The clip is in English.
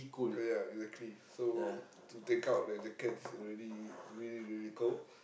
ya exactly so to take out the jacket is already really really cold